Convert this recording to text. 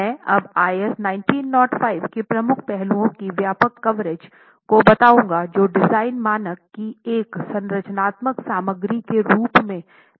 मैं अब IS 1905 की प्रमुख पहलुओं की व्यापक कवरेज को बताऊंगा जो डिजाइन मानक की एक संरचनात्मक सामग्री के रूप में मेसनरी पर विचार करती है